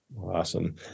Awesome